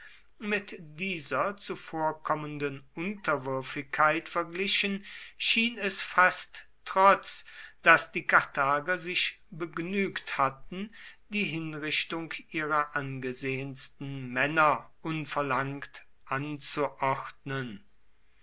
mit dieser zuvorkommenden unterwürfigkeit verglichen schien es fast trotz daß die karthager sich begnügt hatten die hinrichtung ihrer angesehensten männer unverlangt anzuordnen